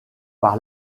par